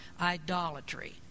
idolatry